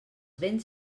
vents